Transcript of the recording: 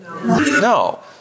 No